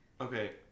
Okay